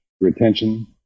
retention